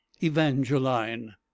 Evangeline